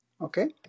Okay